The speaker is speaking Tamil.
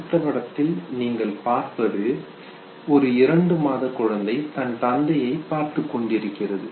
அடுத்த படத்தில் நீங்கள் பார்ப்பது ஒரு இரண்டு மாத குழந்தை தன் தந்தையை பார்த்துக்கொண்டிருக்கிறது